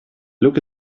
look